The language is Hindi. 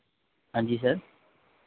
हाँ जी सर